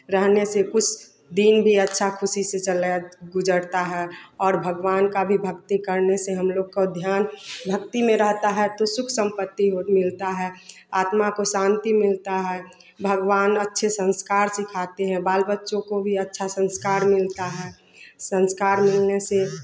रहने से कुछ दिन भी अच्छा ख़ुशी से चले गुज़रता है और भगवान की भी भक्ति करने से हम लोग का ध्यान भक्ति में रहता है तो सुख समृद्धि मिलती है आत्मा को शांति मिलती है भगवान अच्छे संस्कार सिखाते हैं बाल बच्चों को भी अच्छा संस्कार मिलता है